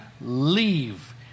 leave